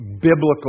biblical